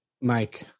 Mike